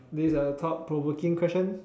this is a thought provoking question